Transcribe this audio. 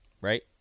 Right